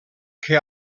que